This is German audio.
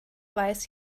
weiß